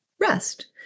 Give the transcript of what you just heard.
rest